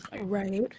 Right